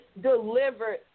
delivered